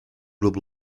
rub